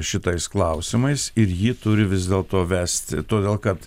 šitais klausimais ir ji turi vis dėlto vesti todėl kad